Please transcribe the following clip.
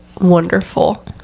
wonderful